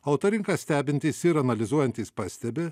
auto rinką stebintys ir analizuojantys pastebi